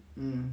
um